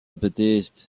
baptiste